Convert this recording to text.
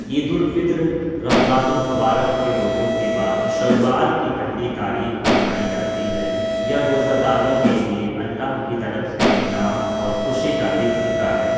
عید الفطر رمضان المبارک کے روزوں کے بعد شوال کی پہلی تاریخ کو منائی جاتی ہے یہ روز داروں کے لیے اللہ کی طرف سے انعام اور خوشی کا دن ہوتا ہے